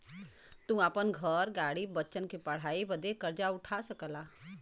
तू आपन घर, गाड़ी, बच्चन के पढ़ाई बदे कर्जा उठा सकला